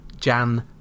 Jan